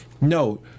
No